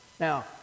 Now